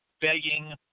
begging